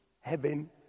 heaven